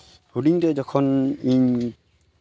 ᱦᱩᱰᱤᱧ ᱨᱮ ᱡᱚᱠᱷᱚᱱ ᱤᱧ